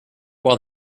while